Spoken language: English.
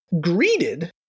greeted